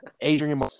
Adrian